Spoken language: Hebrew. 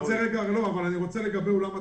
רגע, אני רוצה לומר משהו לגבי עולם התרבות.